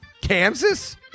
Kansas